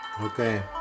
Okay